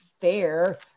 fair